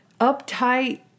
uptight